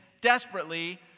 desperately